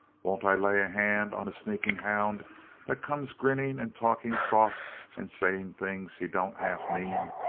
won't i lay a hand on a sneaking hound that comes grinning and talking soft and saying things he don't half mean?